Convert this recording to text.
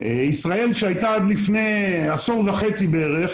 ישראל שהייתה עד לפני עשור וחצי בערך